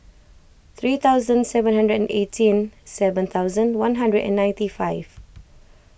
three thousand seven hundred and eighteen seven thousand one hundred and ninety five